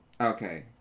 Okay